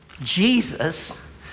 Jesus